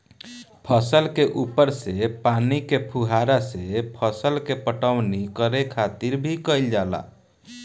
फसल के ऊपर से पानी के फुहारा से फसल के पटवनी करे खातिर भी कईल जाला